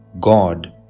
God